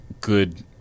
good